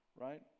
right